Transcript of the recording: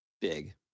big